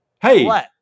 Hey